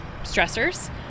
stressors